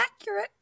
accurate